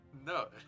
No